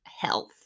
health